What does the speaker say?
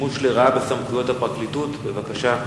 שוטר יס"מ ונפצע.